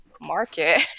market